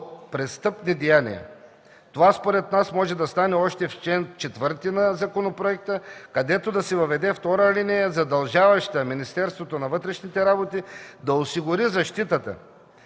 престъпни деяния. Това според нас може да стане още в чл. 4 на законопроекта, където да се въведе втора алинея, задължаваща Министерството на вътрешните работи да осигури защитата